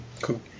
Cool